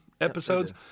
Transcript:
episodes